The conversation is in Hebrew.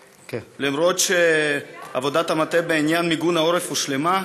למרות שעבודת המטה בעניין מיגון העורף הושלמה,